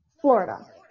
Florida